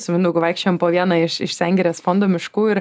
su mindaugu vaikščiojom po vieną iš iš sengirės fondo miškų ir